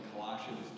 Colossians